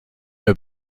mehr